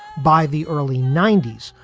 by the early ninety s,